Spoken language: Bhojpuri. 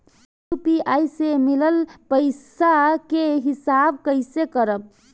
यू.पी.आई से मिलल पईसा के हिसाब कइसे करब?